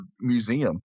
museum